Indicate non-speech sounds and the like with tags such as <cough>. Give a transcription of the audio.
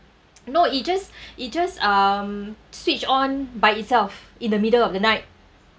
no it just <breath> it just um switch on by itself in the middle of the night